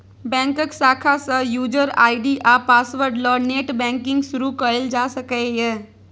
बैंकक शाखा सँ युजर आइ.डी आ पासवर्ड ल नेट बैंकिंग शुरु कयल जा सकैए